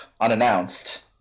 unannounced